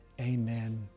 amen